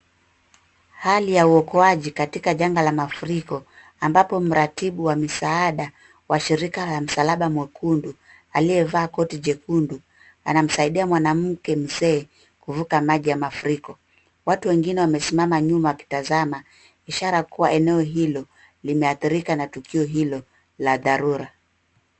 Hali ya uokaji katika janga la mafuriko, ambapo mratibu wa misaada wa shirika la Msalaba Mwekundu, aliyevaa koti jekundu anamsaidia mwanamke mzee kuvuka maji ya mafuriko. Watu wengine wamesimama nyuma wakitazama, ishara kuwa eneo hilo limeathirika na tukio hilo la dharura.